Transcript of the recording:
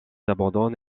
abandonne